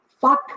fuck